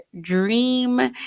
dream